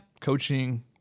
coaching